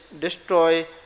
destroy